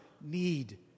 need